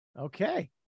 Okay